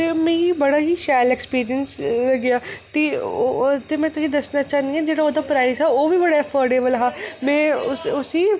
ते मिगी बड़ा ई शैल एक्सपीरियंस लग्गेआ ते में और ते में तुसेंगी दस्सना चाह्न्नी आं जेह्ड़ा ओह्दा प्राइस ऐ ओह् बी बड़ा एफोर्डेबल हा में उसी